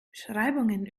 beschreibungen